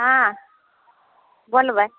हँ बोलबै